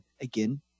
Again